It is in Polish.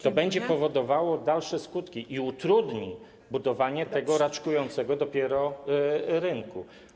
To będzie powodowało dalsze skutki i utrudni budowanie tego raczkującego dopiero rynku.